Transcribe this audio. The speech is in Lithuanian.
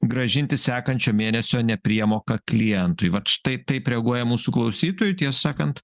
grąžinti sekančio mėnesio nepriemoka klientui vat štai taip reaguoja mūsų klausytojai ties sakant